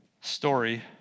story